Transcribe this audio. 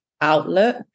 outlook